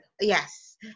Yes